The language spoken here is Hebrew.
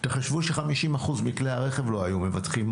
תחשבו ש-50% מכלי הרכב לא היו מבטחים,